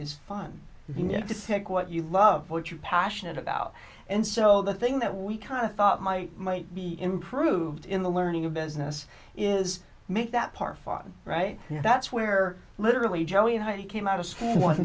is fun to segue what you love what you're passionate about and so the thing that we kind of thought might might be improved in the learning of business is make that part fun right that's where literally joe united came out of school one